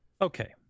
Okay